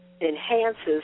enhances